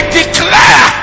declare